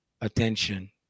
attention